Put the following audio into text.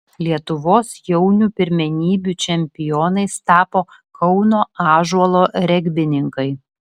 lietuvos jaunių pirmenybių čempionais tapo kauno ąžuolo regbininkai